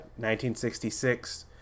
1966